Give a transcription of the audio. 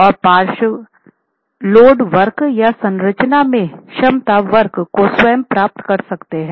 और पार्श्व लोड वक्र या संरचना के क्षमता वक्र को स्वयं प्राप्त कर सकते हैं